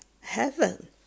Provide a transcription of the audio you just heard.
heaven